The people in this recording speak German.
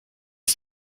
ist